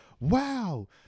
Wow